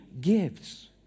gives